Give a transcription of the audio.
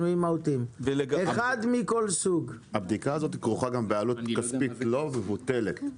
הבדיקה הזאת כרוכה גם בעלות כספית לא מבוטלת.